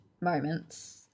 moments